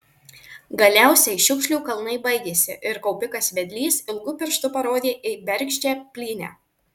galiausiai šiukšlių kalnai baigėsi ir kaupikas vedlys ilgu pirštu parodė į bergždžią plynę